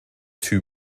too